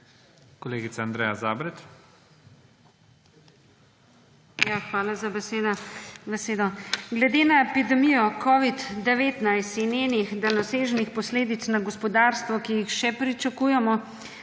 Kolegica Andreja Zabret.